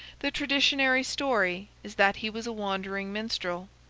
the traditionary story is that he was a wandering minstrel,